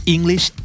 English